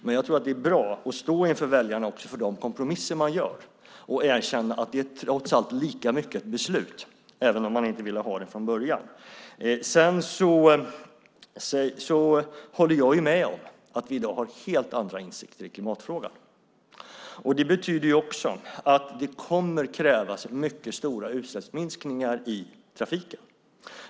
Men jag tror att det är bra att inför väljarna också stå för de kompromisser man gör och erkänna att det trots allt lika mycket är ett beslut, även om man inte ville ha det från början. Jag håller med om att vi i dag har helt andra insikter i klimatfrågan. Det betyder att det kommer att krävas mycket stora utsläppsminskningar i trafiken.